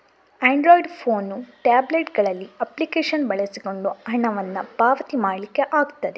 Android phone, tablet ಗಳಲ್ಲಿ application ಬಳಸಿಕೊಂಡು ಹಣವನ್ನ ಪಾವತಿ ಮಾಡ್ಲಿಕ್ಕೆ ಆಗ್ತದೆ